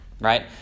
right